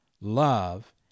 love